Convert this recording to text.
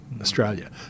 Australia